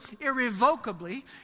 irrevocably